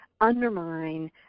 undermine